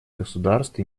государств